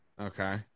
Okay